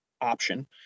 option